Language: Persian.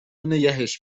نگهش